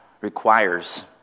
requires